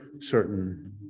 certain